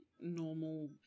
normal